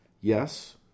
Yes